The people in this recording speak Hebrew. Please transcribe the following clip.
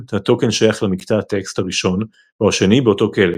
הטוקן שייך למקטע הטקסט הראשון או השני באותו קלט.